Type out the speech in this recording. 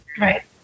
Right